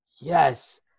yes